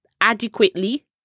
adequately